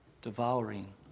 devouring